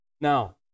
Now